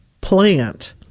plant